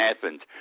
Athens